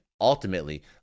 ultimately